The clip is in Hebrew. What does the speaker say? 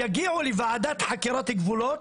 יגיעו לוועדת חקירת גבולות,